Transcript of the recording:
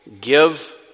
give